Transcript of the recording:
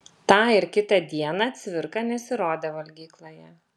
tą ir kitą dieną cvirka nesirodė valgykloje